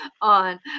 on